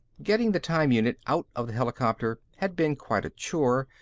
getting the time unit out of the helicopter had been quite a chore,